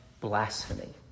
blasphemy